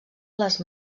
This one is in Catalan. les